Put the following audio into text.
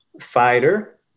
Fighter